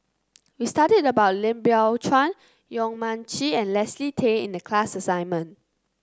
we studied about Lim Biow Chuan Yong Mun Chee and Leslie Tay in the class assignment